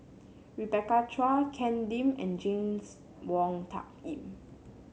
Rebecca Chua Ken Lim and James Wong Tuck Yim